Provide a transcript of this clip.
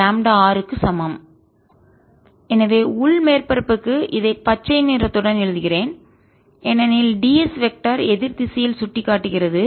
dS4πCe λr எனவே உள் மேற்பரப்புக்கு இதை பச்சை நிறத்துடன் எழுதுகிறேன் ஏனெனில் d s வெக்டர் எதிர் திசையில் சுட்டிக்காட்டுகிறது